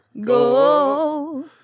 go